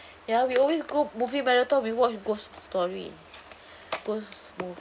ya we always go movie marathon we watch ghost story ghost